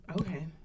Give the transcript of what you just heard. okay